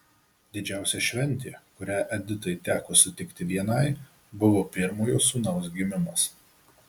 didžiausia šventė kurią editai teko sutikti vienai buvo pirmojo sūnaus gimimas